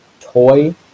Toy